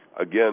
Again